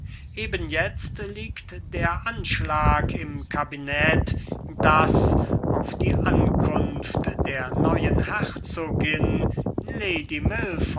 eben jetzt liegt der anschlag im kabinet daß auf die ankunft der neuen herzogin lady